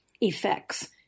effects